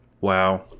wow